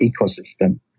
ecosystem